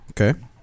Okay